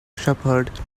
shepherd